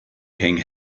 king